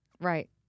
Right